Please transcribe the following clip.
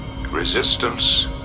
Resistance